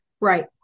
Right